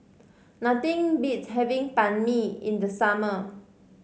nothing beats having Banh Mi in the summer